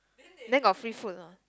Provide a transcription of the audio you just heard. then got free food or not